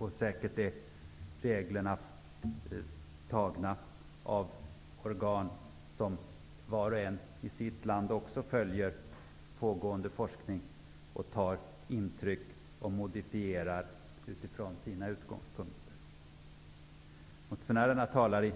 Reglerna är säkerligen antagna av organ, som vart och ett i sitt land följer pågående forskning och som tar intryck av skeendet och modifierar från sina utgångspunkter. Motionärerna talar